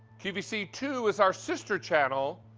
qvc two is our sister channel,